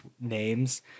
names